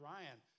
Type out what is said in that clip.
Ryan